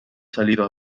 salido